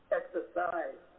exercise